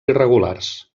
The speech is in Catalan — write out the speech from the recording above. irregulars